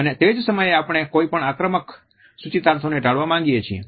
અને તે જ સમયે આપણે કોઈપણ આક્રમક સુચિતાર્થોને ટાળવા માંગીએ છીએ